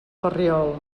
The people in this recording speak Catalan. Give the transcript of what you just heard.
ferriol